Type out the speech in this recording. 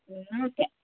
എന്നാൽ ഓക്കേ